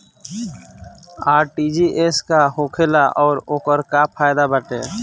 RTGS का होखेला और ओकर का फाइदा बाटे?